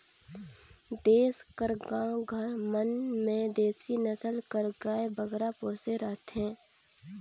देस कर गाँव घर मन में देसी नसल कर गाय बगरा पोसे रहथें